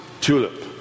Tulip